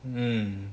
mm